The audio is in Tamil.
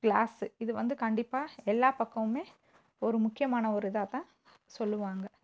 க்ளாஸு இது வந்து கண்டிப்பாக எல்லா பக்கமுமே ஒரு முக்கியமான ஒரு இதாகதான் சொல்லுவாங்கள்